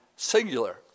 singular